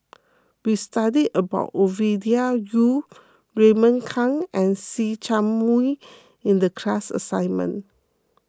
we studied about Ovidia Yu Raymond Kang and See Chak Mun in the class assignment